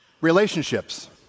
Relationships